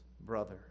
brother